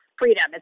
freedom